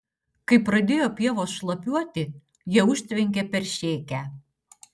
kai pradėjo pievos šlapiuoti jie užtvenkė peršėkę